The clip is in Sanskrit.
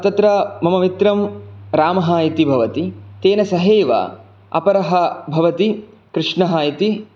तत्र मम मित्रं रामः इति भवति तेन सहैव अपरः भवति कृष्णः इति